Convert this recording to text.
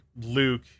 Luke